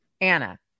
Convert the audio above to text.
Anna